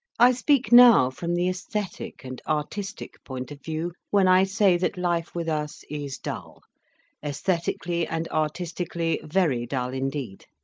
i speak now from the aesthetic and artistic point of view when i say that life with us is dull aesthetically and artistically, very dull indeed.